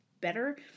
better